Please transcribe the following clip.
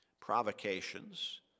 provocations